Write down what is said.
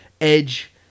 edge